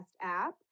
app